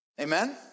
Amen